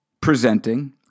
presenting